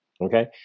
okay